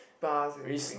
bars and drink